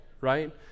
right